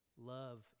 love